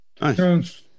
nice